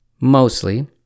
mostly